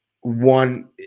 One